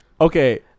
Okay